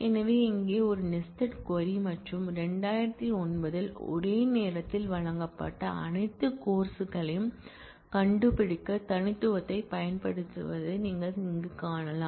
எனவே இங்கே ஒரு நெஸ்டட் க்வரி மற்றும் 2009 இல் ஒரே நேரத்தில் வழங்கப்பட்ட அனைத்து கோர்ஸ் களையும் கண்டுபிடிக்க தனித்துவத்தைப் பயன்படுத்துவதை நீங்கள் இங்கே காணலாம்